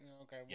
okay